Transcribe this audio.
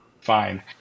fine